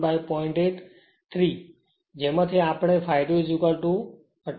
8 3 જેમાંથી અમને ∅ 2 28